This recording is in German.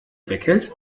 weghält